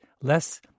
less